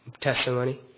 testimony